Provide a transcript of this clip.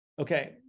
Okay